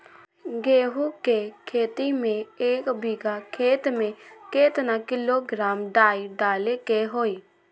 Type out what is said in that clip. गेहूं के खेती में एक बीघा खेत में केतना किलोग्राम डाई डाले के होई?